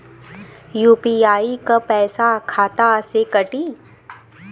UPI क पैसा खाता से कटी?